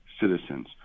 citizens